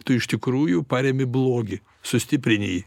tu iš tikrųjų parėmi blogį sustiprini jį